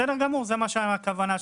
בסדר גמור, זאת הכוונה שלי.